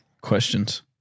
Questions